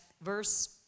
verse